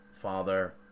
father